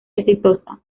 exitosa